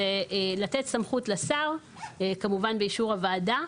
זה לתת סמכות לשר, כמובן באישור הוועדה,